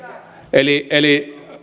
eli eli